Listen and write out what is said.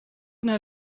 nei